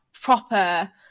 proper